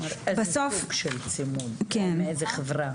איזה סוג של צימוד, מאיזה חברה.